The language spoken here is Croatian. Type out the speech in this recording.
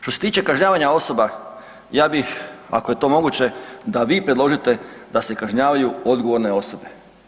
Što se tiče kažnjavanja osoba, ja bih ako je to moguće da vi predložite da se kažnjavaju odgovorne osobe.